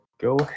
Go